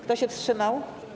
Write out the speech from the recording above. Kto się wstrzymał?